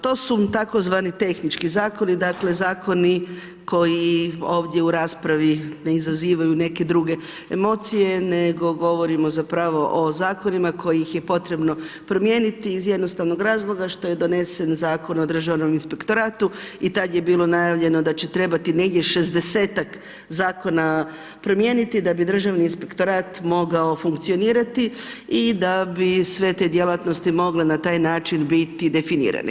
To su tzv. tehnički zakoni, dakle, zakoni koji ovdje u raspravi ne izazivaju neke druge emocije, nego govorimo zapravo o zakonima, koje je potrebno promijeniti iz jednostavnog razloga, što je donesen Zakon o Državnom inspektoratu i tada je bilo najavljeno, da će trebati negdje 60-tak zakona promijeniti da bi Državni inspektorat mogao funkcionirati i da bi sve te djelatnosti, mogle na taj način biti definirane.